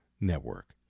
network